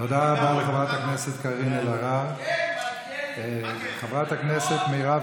אצלכם במפלגה ייקחו